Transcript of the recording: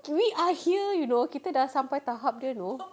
we are here you know kita sudah sampai tahap dia you know